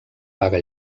vaga